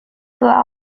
hör